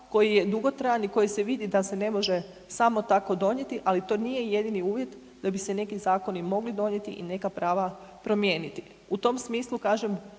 koji je dugotrajan i koji se vidi da se ne može samo tako donijeti, ali to nije jedini uvjet da bi se neki zakoni mogli donijeti i neka prava promijeniti. U tom smislu kažem,